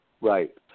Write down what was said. Right